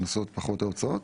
ההכנסות פחות ההוצאות